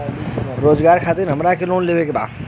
रोजगार खातीर हमरा के लोन लेवे के बा?